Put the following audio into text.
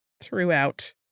throughout